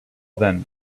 then